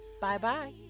Bye-bye